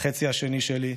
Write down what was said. החצי השני שלי,